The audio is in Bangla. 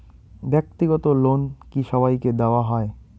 ব্যাক্তিগত লোন কি সবাইকে দেওয়া হয়?